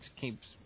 keeps